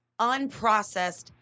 unprocessed